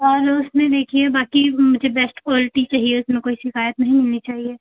और उसमें देखिए बाकी मुझे बेस्ट क्वालटी चाहिए उसमें कोई शिकायत नहीं होनी चाहिए